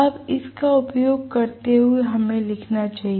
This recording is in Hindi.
अब इसका उपयोग करते हुए हमें लिखना चाहिए